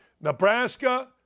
Nebraska